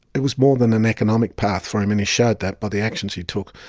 it was more than an economic path for him and he showed that by the actions he took.